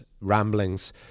ramblings